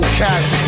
cats